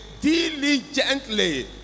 diligently